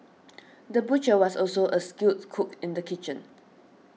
the butcher was also a skilled cook in the kitchen